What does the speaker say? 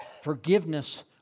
Forgiveness